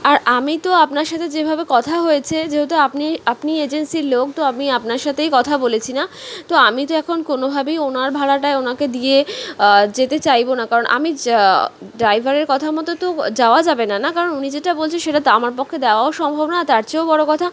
আর আমি তো আপনার সাথে যেভাবে কথা হয়েছে যেহেতু আপনি আপনি এজেন্সির লোক তো আমি আপনার সাথেই কথা বলেছি না তো আমি তো এখন কোনোভাবেই ওনার ভাড়াটায় ওনাকে দিয়ে যেতে চাইব না কারণ আমি যা ড্রাইভারের কথা মতো তো যাওয়া যাবে না না কারণ উনি যেটা বলছেন সেটা তো আমার পক্ষে দেওয়াও সম্ভব নয় আর তার চেয়েও বড় কথা